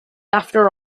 after